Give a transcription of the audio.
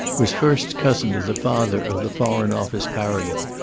was first cousin to the father of the foreign office paragon,